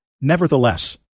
Nevertheless